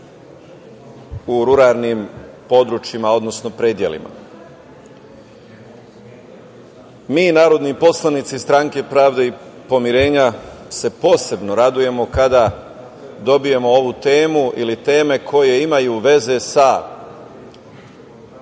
u ruralnim područjima, odnosno predelima. Mi narodni poslanici Stranke pravde i pomirenja se posebno radujemo kada dobijemo ovu temu ili teme koje imaju veze sa